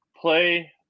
play